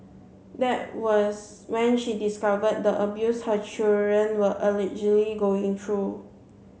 that was when she discovered the abuse her children were allegedly going through